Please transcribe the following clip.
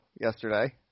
yesterday